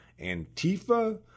Antifa